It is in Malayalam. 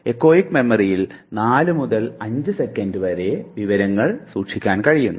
എക്കോയിക് മെമ്മറിയിൽ 4 മുതൽ 5 സെക്കൻറ് വരെ വിവരങ്ങൾ സൂക്ഷിക്കാൻ കഴിയുന്നു